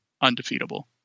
undefeatable